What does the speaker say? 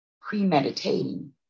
premeditating